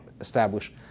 establish